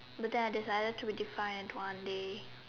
but then I decided to redefine it one day